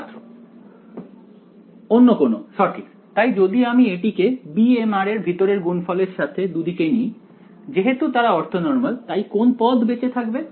ছাত্র অন্য কোনও সঠিক তাই যদি আমি এটিকে bmr এর ভেতরের গুণফল এর সাথে দুদিকে নিই যেহেতু তারা অর্থনর্মাল তাই কোন পদ বেঁচে থাকবে